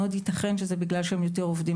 מאוד ייתכן שזה בגלל שהם עובדים יותר